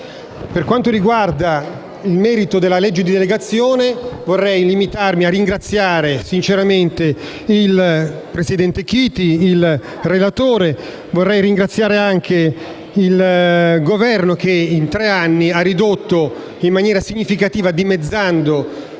Per quanto riguarda il merito della legge di delegazione, vorrei limitarmi a ringraziare sinceramente il presidente Chiti, e il relatore e anche il Governo, che in tre anni ha ridotto in maniera significativa, dimezzandole,